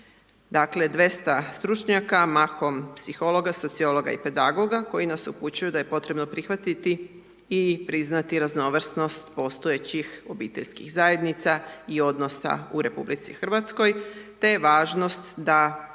Dakle, 200 stručnjaka, mahom psihologa, sociologa i pedagoga, koji nas upućuju da je potrebno prihvatiti i priznati raznovrsnost postojećih obiteljskih zajednica i odnosa u RH, te važnost da